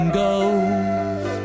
goes